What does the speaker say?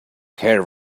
care